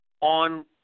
on